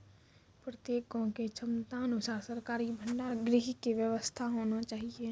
प्रत्येक गाँव के क्षमता अनुसार सरकारी भंडार गृह के व्यवस्था होना चाहिए?